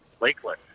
Lakeland